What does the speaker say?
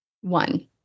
one